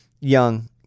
Young